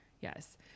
Yes